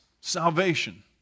salvation